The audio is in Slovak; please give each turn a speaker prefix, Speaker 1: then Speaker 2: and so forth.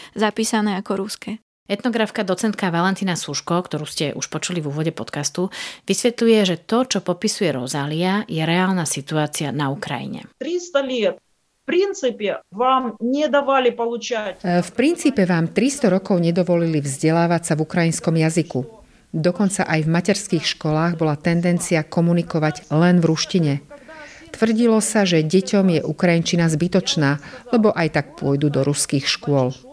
Speaker 1: zapísané ako ruské.
Speaker 2: Etnografka docentka Valentina Suško, ktorú ste už počuli v úvode podcastu, vysvetľuje, že to, čo popisuje Rozália, je reálna situácia na Ukrajine.
Speaker 3: 300 liet. V princípe vám nedávali poučať.
Speaker 4: E, v princípe vám 300 rokov nedovolili vzdelávať sa v ukrajinskom jazyku. Dokonca aj v materských školách bola tendencia komunikovať len v ruštine. Tvrdilo sa, že deťom je ukrajinčina zbytočná, lebo aj tak pôjdu do ruských škôl.